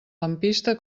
lampista